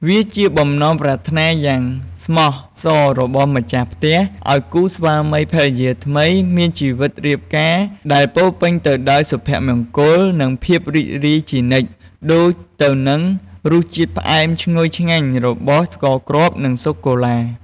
វាជាបំណងប្រាថ្នាយ៉ាងស្មោះសររបស់ម្ចាស់ផ្ទះ ឲ្យគូស្វាមីភរិយាថ្មីមានជីវិតរៀបការដែលពោរពេញទៅដោយសុភមង្គល និងភាពរីករាយជានិច្ច ដូចទៅនឹងរសជាតិផ្អែមឈ្ងុយឆ្ងាញ់របស់ស្ករគ្រាប់ និងសូកូឡា។